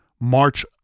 March